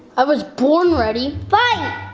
i was born ready. fight!